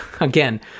again